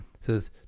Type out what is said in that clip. says